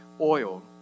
oil